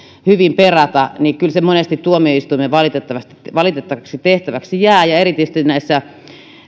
hyvin perata vaan kyllä se monesti tuomioistuimen valitettavaksi tehtäväksi jää erityisesti näissä